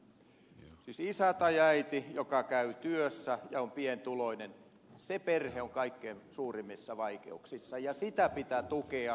siis isä tai äiti joka käy työssä ja on pientuloinen se perhe on kaikkein suurimmissa vaikeuksissa ja sitä pitää tukea